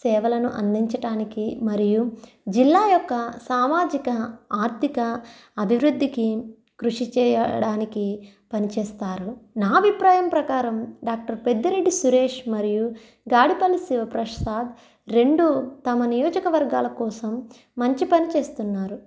సేవలను అందించటానికి మరియు జిల్లా యొక్క సామాజిక ఆర్థిక అభివృద్ధికి కృషి చేయడానికి పనిచేస్తారు నా అభిప్రాయం ప్రకారం డాక్టర్ పెద్దిరెడ్డి సురేష్ మరియు గాడిపల్లి శివప్రసాద్ రెండు తమ నియోజకవర్గాల కోసం మంచి పని చేస్తున్నారు